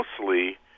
mostly